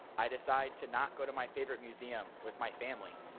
i decide to not go to my favorite museum with my family.